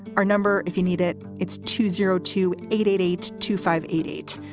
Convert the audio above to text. our number, if you need it, it's two zero two eight eight eight two five eight eight.